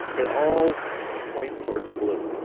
it all points towards blue.